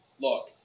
Look